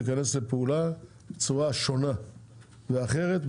להיכנס לפעולה בצורה שונה ואחרת.